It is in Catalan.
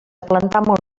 plantar